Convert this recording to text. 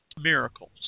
miracles